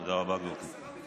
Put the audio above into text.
תודה רבה, גברתי.